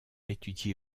étudié